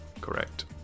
Correct